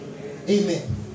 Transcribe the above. Amen